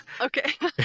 Okay